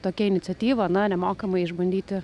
tokia iniciatyva na nemokamai išbandyti